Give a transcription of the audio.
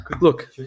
Look